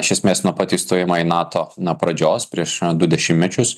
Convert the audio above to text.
iš esmės nuo pat įstojimo į nato na pradžios prieš du dešimtmečius